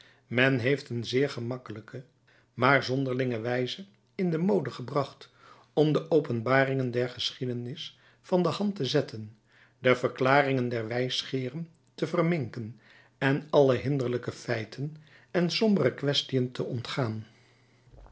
men heeft een zeer gemakkelijke maar zonderlinge wijze in de mode gebracht om de openbaringen der geschiedenis van de hand te zetten de verklaringen der wijsgeeren te verminken en alle hinderlijke feiten en sombere kwestiën te ontgaan